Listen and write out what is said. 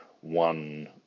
one